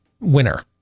winner